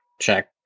check